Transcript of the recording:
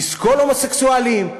לסקול הומוסקסואלים?